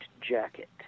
jacket